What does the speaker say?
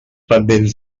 pendents